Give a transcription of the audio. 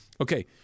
Okay